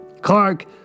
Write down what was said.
Clark